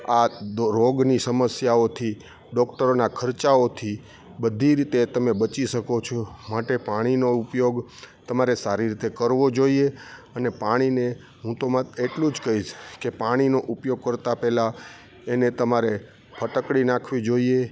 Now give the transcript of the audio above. આ દો રોગની સમસ્યાઓથી ડોક્ટરોનાં ખર્ચાઓથી બધી રીતે તમે બચી શકો છો માટે પાણીનો ઉપયોગ તમારે સારી રીતે કરવો જોઈએ અને પાણીને હું તો એટલું જ કહીશ કે પાણીનો ઉપયોગ કરતાં પહેલા એને તમારે ફટકડી નાખવી જોઈએ